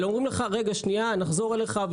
אלא אומרים לך: נחזור אליך.